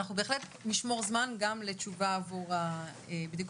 בהחלט נשמור זמן גם לתשובה עבור הבדיקות.